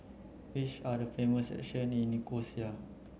which are the famous in Nicosia